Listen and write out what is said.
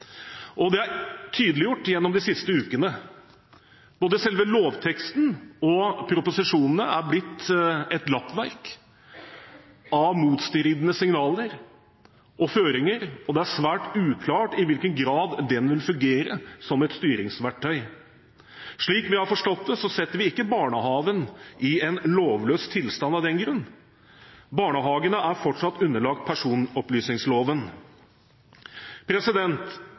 det. Det er tydeliggjort gjennom de siste ukene. Både selve lovteksten og proposisjonene er blitt et lappverk av motstridende signaler og føringer, og det er svært uklart i hvilken grad det vil fungere som et styringsverktøy. Slik vi har forstått det, setter vi ikke barnehagen i en lovløs tilstand av den grunn. Barnehagene er fortsatt underlagt personopplysningsloven.